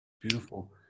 Beautiful